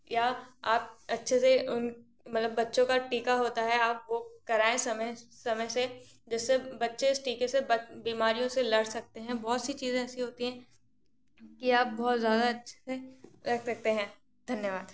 या आप अच्छे से उन मतलब बच्चों का टीका होता है आप वो कराएं समय समय से जिससे बच्चे इस टीके से बीमारियों से लड़ सकते हैं बहुत सी चीज़ें ऐसी होती हैं कि आप बहुत ज़्यादा अच्छे से रख सकते हैं धन्यवाद